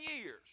years